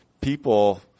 people